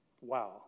Wow